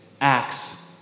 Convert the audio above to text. acts